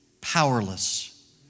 powerless